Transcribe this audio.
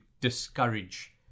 discourage